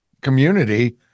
community